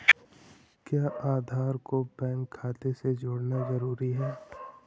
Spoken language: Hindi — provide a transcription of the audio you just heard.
क्या आधार को बैंक खाते से जोड़ना जरूरी है?